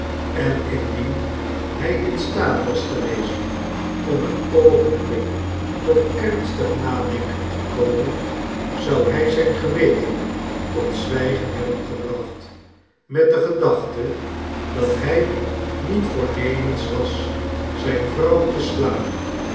en indien hij in staat was geweest om een oogenblik tot ernstignadenkente komen zou hij zijn geweten tot zwijgen hebben gebracht met de gedachte dat hij niet voornemens was zijne vrouw te slaan